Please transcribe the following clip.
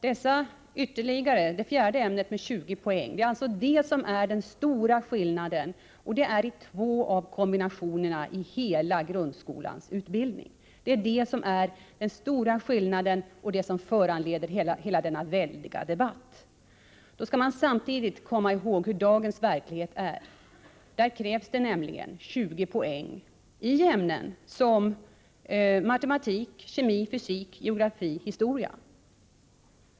Dessa ytterligare 20 poäng i det fjärde ämnet är alltså den stora skillnaden i två av kombinationerna i grundskolans hela utbildning och det som föranleder hela denna väldiga debatt. Då skall man samtidigt komma ihåg hur dagens verklighet ser ut. Det krävs nämligen 20 poäng i ämnen som matematik, kemi, fysik, geografi, historia.